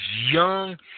young